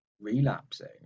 relapsing